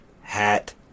Hat